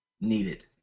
Needed